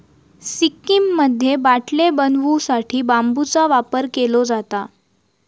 सिक्कीममध्ये बाटले बनवू साठी बांबूचा वापर केलो जाता